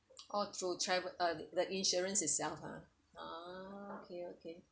oh through travel uh that insurance itself ah ah okay okay